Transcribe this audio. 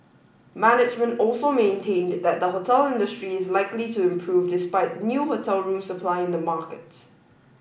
management also maintained that the hotel industry is likely to improve despite new hotel room supply in the market